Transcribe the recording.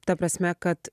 ta prasme kad